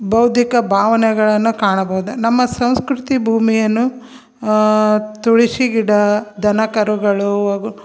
ಬೌದ್ಧಿಕ ಭಾವನೆಗಳನ್ನು ಕಾಣಬೋದ ನಮ್ಮ ಸಂಸ್ಕೃತಿ ಭೂಮಿಯನ್ನು ತುಳಸಿ ಗಿಡ ದನ ಕರುಗಳು ಹಾಗೂ